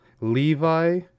levi